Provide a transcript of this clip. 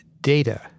data